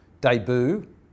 Debut